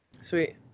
Sweet